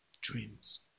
dreams